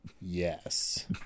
Yes